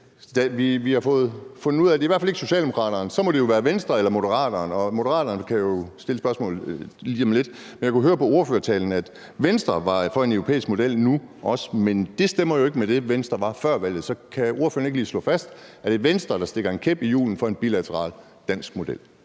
fald fundet ud af, at det ikke var Socialdemokraterne, og så må det være Venstre eller Moderaterne, og Moderaterne kan jo stille spørgsmålet lige om lidt. Jeg kunne høre på ordførertalen, at Venstre nu også er for en europæisk model, men det stemmer jo ikke med det, Venstre var før valget. Så kan ordføreren ikke lige slå fast, om det var Venstre, der stikker en kæp i hjulet for en bilateral dansk model?